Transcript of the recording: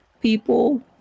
people